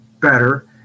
better